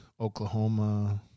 Oklahoma